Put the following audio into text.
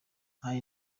hari